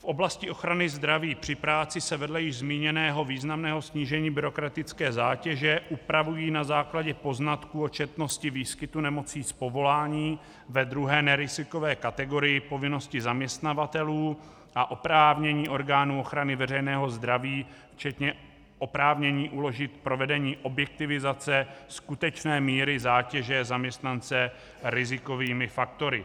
V oblasti ochrany zdraví při práci se vedle již zmíněného významného snížení byrokratické zátěže upravují na základě poznatků o četnosti výskytu nemocí z povolání ve druhé nerizikové kategorii povinnosti zaměstnavatelů a oprávnění orgánů ochrany veřejného zdraví včetně oprávnění uložit provedení objektivizace skutečné míry zátěže zaměstnance rizikovými faktory.